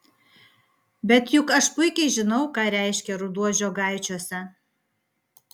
bet juk aš puikiai žinau ką reiškia ruduo žiogaičiuose